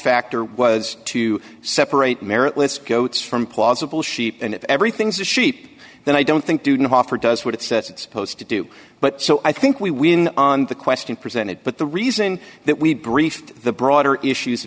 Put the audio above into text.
factor was two separate merit let's go from plausible sheep and if everything's a sheep then i don't think didn't offer does what it says it's posed to do but so i think we win on the question presented but the reason that we the broader issues